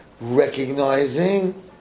recognizing